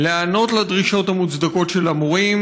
להיענות לדרישות המוצדקות של המורים,